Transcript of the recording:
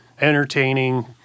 entertaining